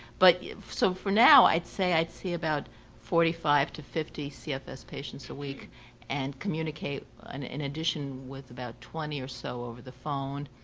but so for now i would say i see about forty five to fifty cfs patients a week and communicate and in addition with about twenty or so over the phone.